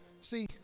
See